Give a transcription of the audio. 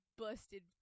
busted